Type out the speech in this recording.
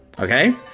okay